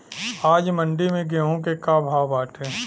आज मंडी में गेहूँ के का भाव बाटे?